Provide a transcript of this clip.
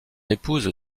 épouse